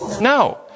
No